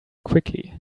quickly